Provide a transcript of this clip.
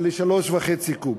ל-3.5 קוב.